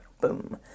Boom